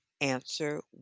answer